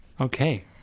okay